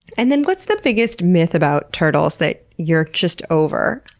and then what's the biggest myth about turtles that you're just over?